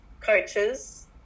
coaches